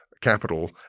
capital